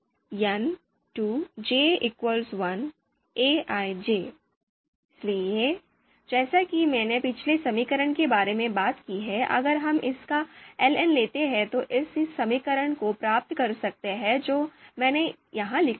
इसलिए जैसा कि मैंने पिछले समीकरण के बारे में बात की है अगर हम इसका ln लेते हैं तो हम इस समीकरण को प्राप्त कर सकते हैं जो मैंने यहाँ लिखा है